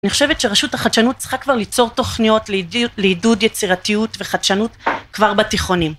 אני חושבת שרשות החדשנות צריכה כבר ליצור תוכניות לעידוד יצירתיות וחדשנות כבר בתיכונים.